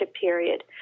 period